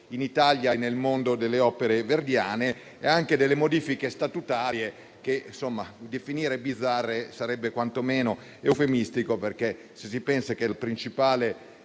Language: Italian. Grazie,